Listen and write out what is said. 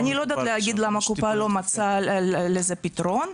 אני לא יודעת להגיד למה הקופה לא מצאה לזה פתרון,